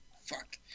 fuck